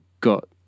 got